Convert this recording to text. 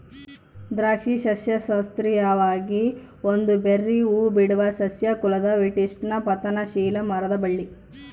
ದ್ರಾಕ್ಷಿ ಸಸ್ಯಶಾಸ್ತ್ರೀಯವಾಗಿ ಒಂದು ಬೆರ್ರೀ ಹೂಬಿಡುವ ಸಸ್ಯ ಕುಲದ ವಿಟಿಸ್ನ ಪತನಶೀಲ ಮರದ ಬಳ್ಳಿ